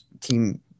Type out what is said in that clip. team